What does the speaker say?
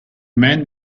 man